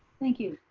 thank you,